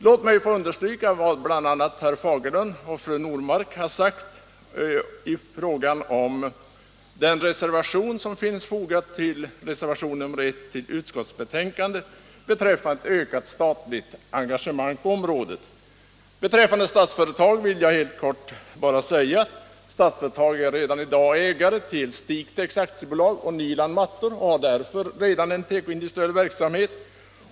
Låt mig få understryka vad bl.a. herr Fagerlund och fru Normark har sagt i fråga om reservationen 1 till utskottsbetänkandet om ett ökat statligt engagemang på området. Beträffande Statsföretag vill jag helt kort säga att Statsföretag i dag är ägare till Stigtex AB och Nyland Mattor och redan har en tekoindustriell verksamhet.